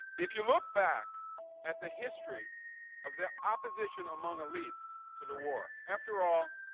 if you look back at the history of the opposition among elites to the war after all,